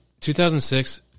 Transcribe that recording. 2006